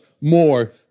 more